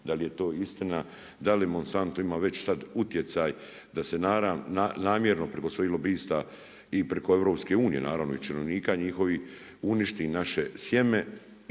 da li je to istina, da li Monsanto ima već sad utjecaj da se namjerno preko svojih lobista i preko EU naravno i činovnika njihovih uništi naše sjeme